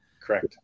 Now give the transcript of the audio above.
Correct